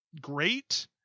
great